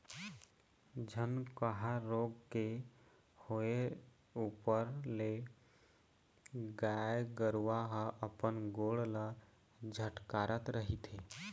झनकहा रोग के होय ऊपर ले गाय गरुवा ह अपन गोड़ ल झटकारत रहिथे